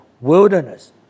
wilderness